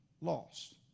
lost